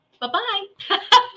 Bye-bye